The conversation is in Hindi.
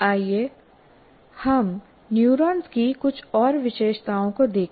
आइए हम न्यूरॉन्स की कुछ और विशेषताओं को देखें